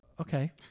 okay